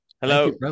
Hello